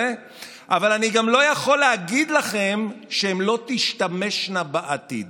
אבל אני גם לא יכול להגיד לכם שהן לא תשתמשנה בעתיד.